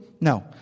No